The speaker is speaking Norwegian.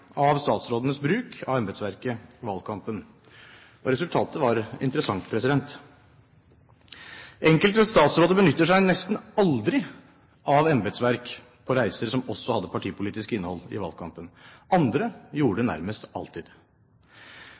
av statsrådenes bruk av embetsverket i valgkampen. Resultatet var interessant. Enkelte statsråder benyttet seg nesten aldri av embetsverk på reiser, som også hadde partipolitisk innhold i valgkampen – andre gjorde det nærmest alltid.